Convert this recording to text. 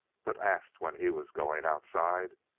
but, asked when he was going outside,